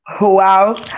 Wow